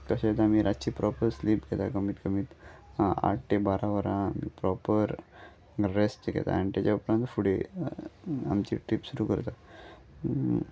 तशेंच आमी रातची प्रोपर स्लीप घेता कमीत कमीत आठ ते बारा वरां आमी प्रोपर रॅस्ट घेता आनी तेज्या उपरांत फुडें आमची ट्रीप सुरू करता